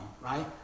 right